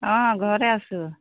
অঁ ঘৰতে আছোঁ